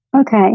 okay